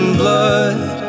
blood